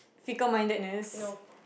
fickle mindedness